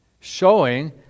showing